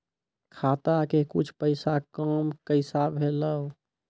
खाता के कुछ पैसा काम कैसा भेलौ?